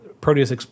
Proteus